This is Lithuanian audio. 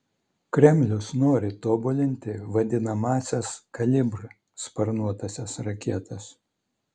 kremlius nori tobulinti vadinamąsias kalibr sparnuotąsias raketas